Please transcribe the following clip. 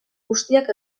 guztiak